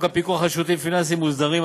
הפיקוח על שירותים פיננסיים מוסדרים,